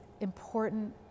important